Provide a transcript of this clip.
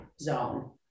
zone